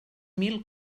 mil